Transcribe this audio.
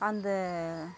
அந்த